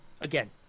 again